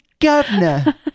governor